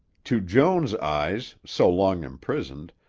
to joan's eyes, so long imprisoned,